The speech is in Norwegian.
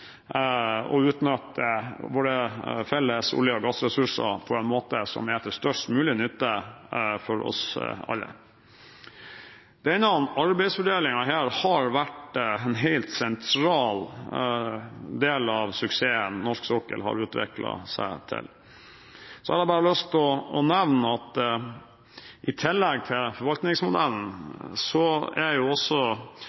utnytte våre felles olje- og gassressurser på en måte som er til størst mulig nytte for oss alle. Denne arbeidsfordelingen har vært en helt sentral del av suksessen som norsk sokkel har utviklet seg til å bli. Jeg har lyst til å nevne at i tillegg til forvaltningsmodellen er også bevilgninger til forskning, utvikling og demonstrasjon av ny teknologi – som også